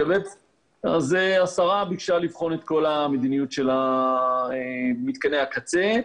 השרה ביקשה לבחון את מדיניות מתקני הקצה,